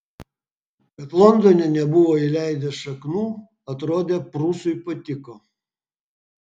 kad londone nebuvo įleidęs šaknų atrodė prūsui patiko